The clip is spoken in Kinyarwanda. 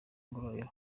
ngororero